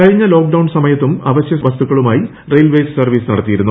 കഴിഞ്ഞ ലോക്ക്ഡൌൺ സമയത്തും അവശ്യ വസ്തുക്കളുമായി റെയിൽവേ സർവീസ് നടത്തിയിരുന്നു